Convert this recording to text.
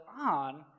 on